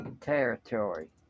territory